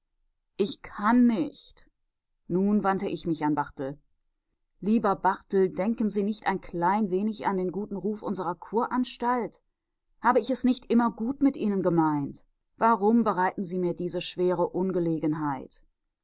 ich kann nicht nun wandte ich mich an barthel lieber barthel denken sie nicht ein ganz klein wenig an den guten ruf unserer kuranstalt habe ich es nicht immer gut mit ihnen gemeint warum bereiten sie mir diese schwere ungelegenheit